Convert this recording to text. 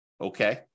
Okay